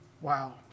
Wow